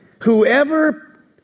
Whoever